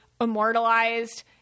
immortalized